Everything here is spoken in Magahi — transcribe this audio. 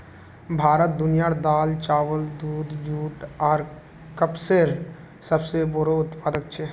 भारत दुनियार दाल, चावल, दूध, जुट आर कपसेर सबसे बोड़ो उत्पादक छे